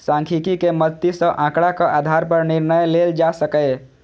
सांख्यिकी के मदति सं आंकड़ाक आधार पर निर्णय लेल जा सकैए